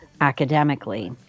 academically